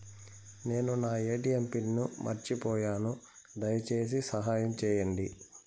నేను నా ATM pin మర్చిపోయాను, దయచేసి సహాయం చేయండి